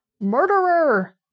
murderer